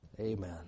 Amen